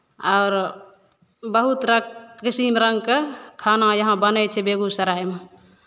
आओर बहुत तरहक किसिम रङ्गके खाना यहाँ बनै छै बेगूसरायमे